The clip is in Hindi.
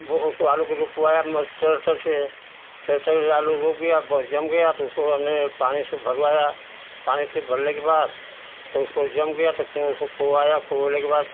वह उसको आलू को रोपवाया टरटर से ट्रेक्टर से आलू रोप गया बस जम गया तो उसको हमने पानी से भरवाया पानी के भरने के बाद तो उसको जम गया तो फिर उसको कुरवाया कुरोले के बाद